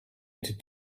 into